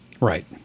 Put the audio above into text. Right